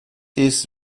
ist